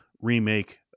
remake